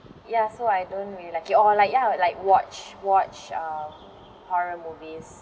ya so I don't really like it or like ya like watch watch um horror movies